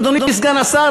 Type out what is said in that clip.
אדוני סגן השר,